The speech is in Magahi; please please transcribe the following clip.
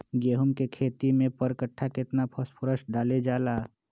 गेंहू के खेती में पर कट्ठा केतना फास्फोरस डाले जाला?